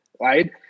right